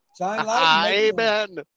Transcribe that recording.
Amen